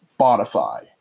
Spotify